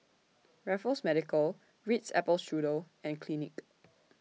Raffles Medical Ritz Apple Strudel and Clinique